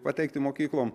pateikti mokyklom